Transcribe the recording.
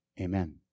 Amen